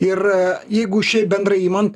ir jeigu šiaip bendrai imant